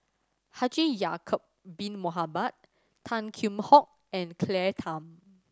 Haji Ya'acob Bin Mohamed Tan Kheam Hock and Claire Tham